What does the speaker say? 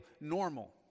normal